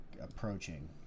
approaching